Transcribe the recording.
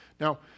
Now